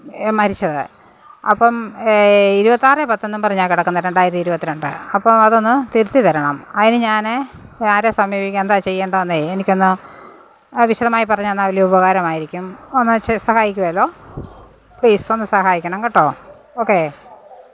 മരിച്ചത് അപ്പോള് ഇരുപത്തിയാറേ പത്തെന്നും പറഞ്ഞാണു കിടക്കുന്നത് രണ്ടായിരത്തി ഇരുപത്തി രണ്ട് അപ്പോള് അതൊന്നു തിരുത്തിത്തരണം അതിനു ഞാനേ ആരെ സമീപിക്കണം എന്താണു ചെയ്യേണ്ടതെന്നെ എനിക്കൊന്നു വിശദമായി പറഞ്ഞുതന്നാല് വലിയ ഉപാകരമായിരിക്കും ഒന്നു സഹായിക്കുമല്ലോ പ്ലീസ് ഒന്ന് സഹായിക്കണം കേട്ടോ ഓക്കെ